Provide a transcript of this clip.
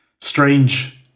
strange